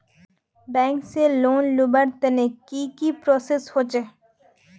Bank से loan लुबार तने की की प्रोसेस होचे?